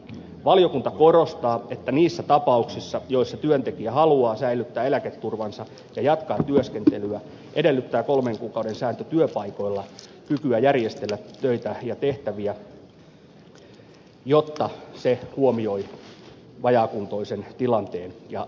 valiokunta korostaa että niissä tapauksissa joissa työntekijä haluaa säilyttää eläketurvansa ja jatkaa työskentelyä edellyttää kolmen kuukauden sääntö työpaikoilla kykyä järjestellä töitä ja tehtäviä vajaakuntoisen tilanteen ja tarpeen huomioon ottavalla tavalla